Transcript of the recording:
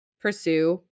pursue